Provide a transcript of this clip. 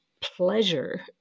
pleasure